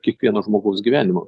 kiekvieno žmogaus gyvenimo